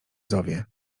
zowie